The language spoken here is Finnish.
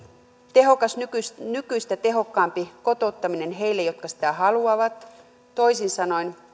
tehokas nykyistä nykyistä tehokkaampi kotouttaminen heille jotka sitä haluavat toisin sanoen